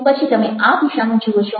પછી તમે આ દિશામાં જુઓ છો